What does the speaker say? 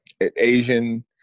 Asian